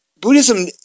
Buddhism